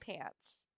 pants